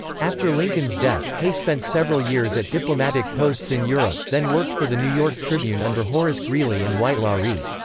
after lincoln's death, hay spent several years at diplomatic posts in europe, then worked for the new-york tribune under horace greeley and whitelaw reid.